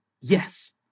Yes